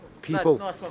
People